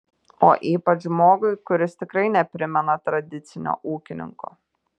o ypač žmogui kuris tikrai neprimena tradicinio ūkininko